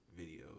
videos